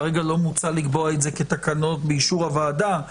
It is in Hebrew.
כרגע לא מוצע לקבוע את זה כתקנות באישור הוועדה,